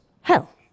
hell